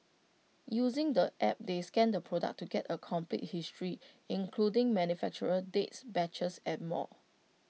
using the app they scan the product to get A complete history including manufacturer dates batches and more